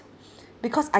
because I